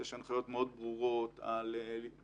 יש הנחיות מאוד ברורות על רופאים,